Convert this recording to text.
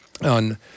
on